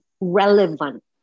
relevant